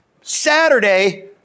Saturday